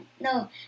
No